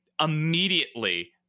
immediately